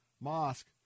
Mosque